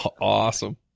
Awesome